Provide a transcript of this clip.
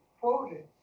quoted